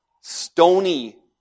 stony